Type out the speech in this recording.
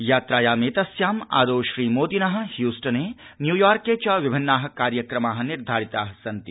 यात्रायामेतस्याम् आदौ श्रीमोदिनः ह्यस्टने न्यूयॉर्के च विभिन्नाः कार्यक्रमाः निर्धारिताः सन्ति